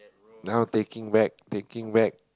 now taking back taking back